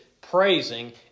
praising